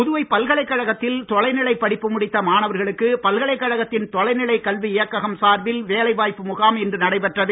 புதுவை பல்கலைக்கழகத்தில் தொலைநிலைப் படிப்பு முடித்த மாணவர்களுக்கு பல்கலைக்கழகத்தின் தொலைநிலைக் கல்வி இயக்ககம் சார்பில் வேலைவாய்ப்பு முகாம் இன்று நடைபெற்றது